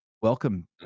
Welcome